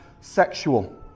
sexual